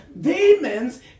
demons